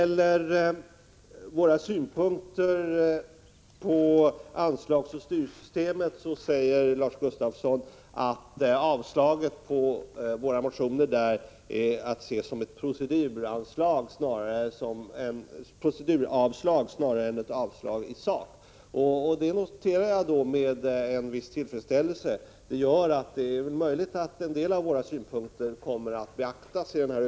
Lars Gustafsson säger när det gäller yrkandet om avslag på våra motioner om anslagsoch styrsystemet att avslaget snarare skall ses som ett proceduravslag än som ett avslag i sak. Det noterar jag med en viss tillfredsställelse. Det innebär att det är möjligt att en del av våra synpunkter kommer att beaktas i översynen.